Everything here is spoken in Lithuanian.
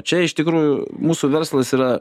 čia iš tikrųjų mūsų verslas yra